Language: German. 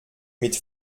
mit